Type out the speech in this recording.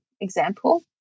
example